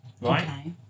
right